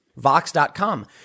Vox.com